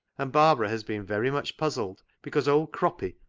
and barbara has been very much puzzled because old croppy,